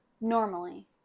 Normally